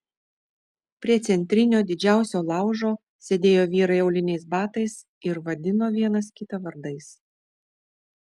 prie centrinio didžiausio laužo sėdėjo vyrai auliniais batais ir vadino vienas kitą vardais